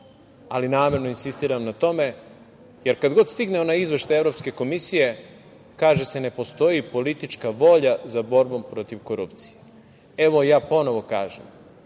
ali namerno insistiram na tome. Kada god stigne onaj izveštaj Evropske komisije kaže se – ne postoji politička volja za borbom protiv korupcije. Evo, ja ponovo kažem